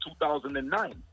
2009